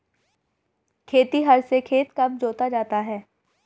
खेतिहर से खेत कब जोता जाता है?